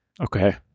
Okay